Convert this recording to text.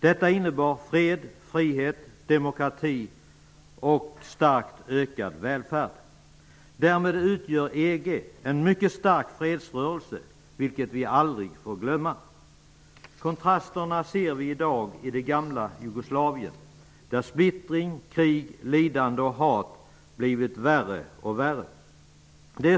Detta innebar fred, frihet, demokrati och en starkt ökad välfärd. Därmed utgör EG en mycket stark fredsrörelse, vilket vi aldrig får glömma. Kontrasterna ser vi i dag i det gamla Jugoslavien där splittring, krig, lidande och hat blivit värre och värre.